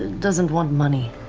doesn't want money.